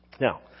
Now